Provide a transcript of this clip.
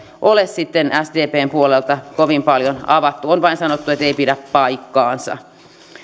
ole sdpn puolelta kovin paljon avattu on vain sanottu että ei pidä paikkaansa